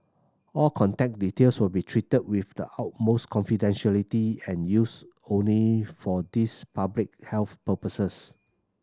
all contact details will be treated with the utmost confidentiality and used only for these public health purposes